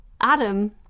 Adam